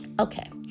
okay